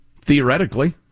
Theoretically